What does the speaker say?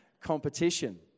competition